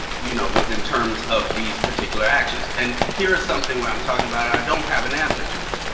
you know, was in terms of these particular actions. and here is something where i'm talking about it and i don't have an answer to it.